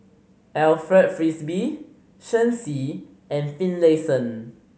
Alfred Frisby Shen Xi and Finlayson